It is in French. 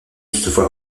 toutefois